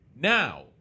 Now